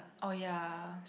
oh ya